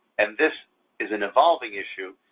and this is an evolving issue,